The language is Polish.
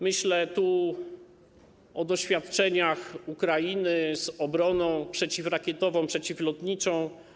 Myślę tu o doświadczeniach Ukrainy z obroną przeciwrakietową, przeciwlotniczą.